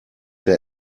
der